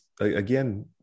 again